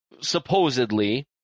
supposedly